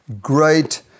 great